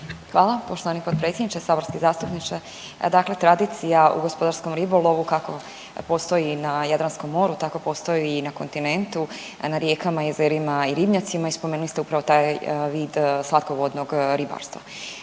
Hvala poštovani potpredsjedniče. Saborski zastupniče, dakle tradicija u gospodarskom ribolovu kako postoji na Jadranskom moru tako postoji i na kontinentu, a na rijekama, jezerima i ribnjacima i spomenuli ste upravo taj vid slatkovodnog ribarstva.